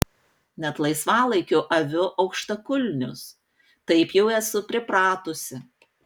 net laisvalaikiu aviu aukštakulnius taip jau esu pripratusi